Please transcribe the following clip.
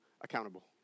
accountable